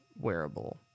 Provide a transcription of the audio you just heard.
wearable